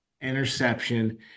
interception